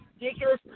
ridiculous